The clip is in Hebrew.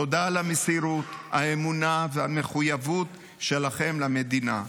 תודה על המסירות, האמונה והמחויבות שלכם למדינה.